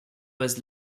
was